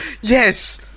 Yes